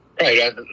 Right